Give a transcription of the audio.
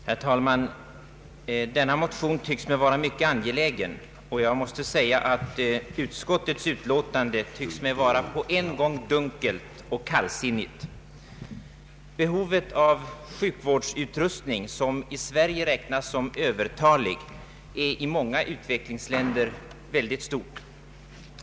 Herr talman! Denna motion tycks mig vara angelägen. Utskottets utlåtande synes mig på en gång dunkelt och kallsinnigt. Behovet av sådan sjukvårdsutrustning som i Sverige räknas som övertalig är i många utvecklingsländer mycket stort.